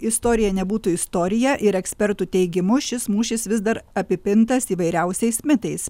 istorija nebūtų istorija ir ekspertų teigimu šis mūšis vis dar apipintas įvairiausiais mitais